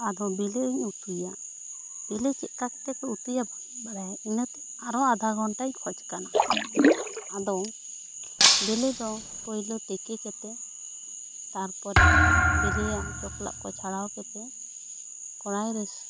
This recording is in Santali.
ᱟᱫᱚ ᱵᱮᱞᱮ ᱤᱧ ᱩᱛᱩᱭᱟ ᱵᱮᱞᱮ ᱪᱮᱫ ᱞᱮᱠᱟ ᱠᱟᱛᱮ ᱠᱚ ᱩᱛᱩᱭᱟ ᱵᱟᱹᱧ ᱤᱧ ᱵᱟᱲᱟᱭᱟ ᱚᱱᱟᱛᱮ ᱟᱨᱚ ᱟᱫᱷᱟ ᱜᱷᱚᱱᱴᱟ ᱤᱧ ᱠᱷᱚᱡ ᱠᱟᱱᱟ ᱟᱫᱚ ᱵᱮᱞᱮ ᱫᱚ ᱯᱩᱭᱞᱩ ᱛᱤᱠᱤ ᱠᱟᱛᱮᱫ ᱛᱟᱨᱯᱚᱨᱮ ᱨᱮ ᱵᱤᱞᱤᱭᱟᱜ ᱪᱚᱠᱞᱟᱜ ᱠᱚ ᱪᱷᱟᱲᱟᱣ ᱠᱟᱛᱮᱫ ᱠᱚᱲᱟᱭ ᱨᱮ